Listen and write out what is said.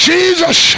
Jesus